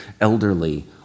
elderly